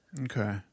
Okay